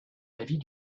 l’avis